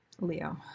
Leo